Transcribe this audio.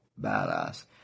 badass